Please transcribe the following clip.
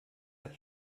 hat